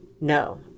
No